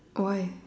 why